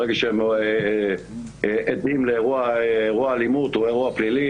ברגע שהם עדים לאירוע אלימות או אירוע פלילי,